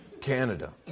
Canada